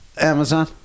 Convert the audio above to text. Amazon